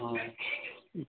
अँ